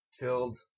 killed